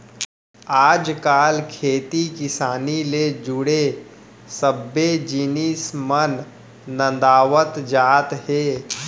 आज काल खेती किसानी ले जुड़े सब्बे जिनिस मन नंदावत जात हें